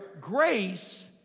grace